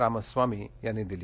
रामास्वामी यांनी दिली